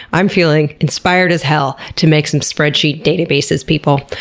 i'm feeling inspired as hell to make some spreadsheet databases, people.